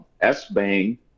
S-bang